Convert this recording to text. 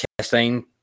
Chastain